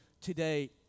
today